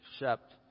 accept